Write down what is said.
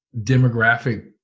demographic